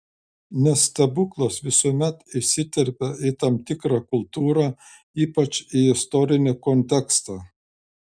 nes stebuklas visuomet įsiterpia į tam tikrą kultūrą ypač į istorinį kontekstą